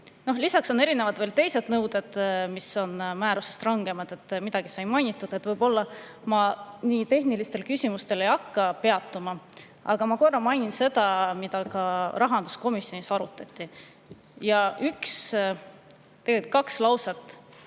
riigile juurde. On veel nõudeid, mis on määrusest rangemad. Midagi sai mainitud, võib-olla ma nii tehnilistel küsimustel ei hakka peatuma. Aga ma korra mainin seda, mida ka rahanduskomisjonis arutati. Üks, tegelikult kaks lauset,